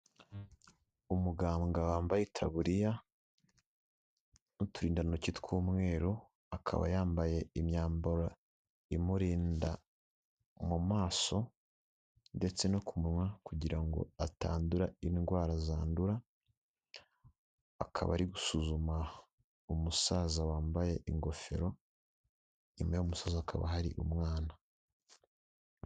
Umuganga wambaye itaburiya n'uturindantoki tw'umweru akaba yambaye imyambaro imurinda mu maso ndetse no ku munwa kugira ngo atandura indwara zandura akaba ari gusuzuma umusaza wambaye ingofero inyuma y'umusaza hakaba hari umwana.